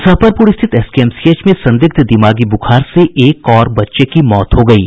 मुजफ्फरपुर स्थित एसकेएमसीएच में संदिग्ध दिमागी बुखार से एक और बच्चे की मौत हो गयी है